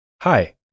Hi